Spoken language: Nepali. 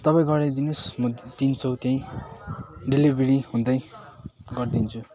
तपाईँ गराइदिनुस् म तिन सय त्यहीँ डेलिभरी हुँदै गरिदिन्छु